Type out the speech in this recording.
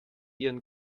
ihren